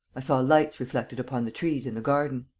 i saw lights reflected upon the trees in the garden.